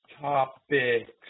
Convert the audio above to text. topics